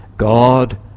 God